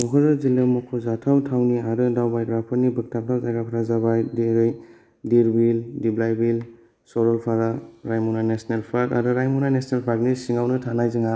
क'क्राझार जिल्लानि मख'जाथाव थावनि आरो दावबायग्राफोरनि बोगथाबग्रा जायगाफ्रा जाबाय जेरै देरबिल दिब्लाय बिल सरलफारा राइमना नेसनाल फार्क आरो रायमना नेसनाल फार्कनि सिंयावनो थानाय जोंहा